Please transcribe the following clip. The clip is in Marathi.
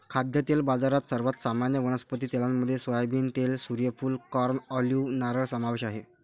खाद्यतेल बाजारात, सर्वात सामान्य वनस्पती तेलांमध्ये सोयाबीन तेल, सूर्यफूल, कॉर्न, ऑलिव्ह, नारळ समावेश आहे